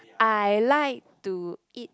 I like to eat